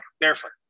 barefoot